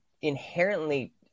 inherently